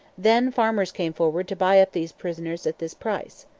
then farmers came forward to buy up these prisoners at this price.